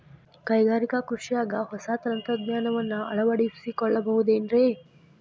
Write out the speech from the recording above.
ಕೈಗಾರಿಕಾ ಕೃಷಿಯಾಗ ಹೊಸ ತಂತ್ರಜ್ಞಾನವನ್ನ ಅಳವಡಿಸಿಕೊಳ್ಳಬಹುದೇನ್ರೇ?